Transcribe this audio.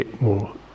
more